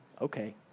okay